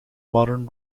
modern